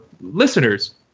listeners